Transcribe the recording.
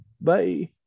Bye